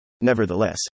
Nevertheless